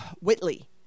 Whitley